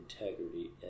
integrity